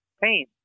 pain